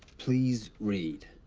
please read.